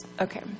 Okay